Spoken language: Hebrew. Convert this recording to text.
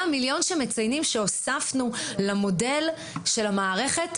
ה-100 מיליון שמציינים שהוספנו למודל של המערכת,